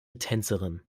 tänzerin